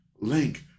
link